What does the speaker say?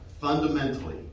fundamentally